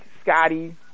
Scotty